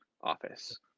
office